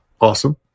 Awesome